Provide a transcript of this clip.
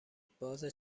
بازه